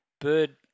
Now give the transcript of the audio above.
Bird